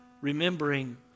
remembering